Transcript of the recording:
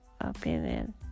opinion